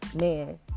man